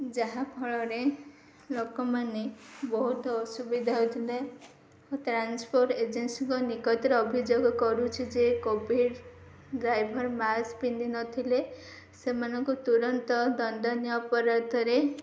ଯାହାଫଳରେ ଲୋକମାନେ ବହୁତ ଅସୁବିଧା ହେଉଥିଲେ ଟ୍ରାନ୍ସପୋର୍ଟ ଏଜେନ୍ସିଙ୍କ ନିକଟରେ ଅଭିଯୋଗ କରୁଛି ଯେ କୋଭିଡ଼୍ ଡ୍ରାଇଭର୍ ମାସ୍କ ପିନ୍ଧି ନଥିଲେ ସେମାନଙ୍କୁ ତୁରନ୍ତ ଦଣ୍ଡନୀୟ ଅପରାଧରେ